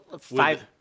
five